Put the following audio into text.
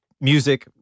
music